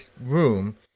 room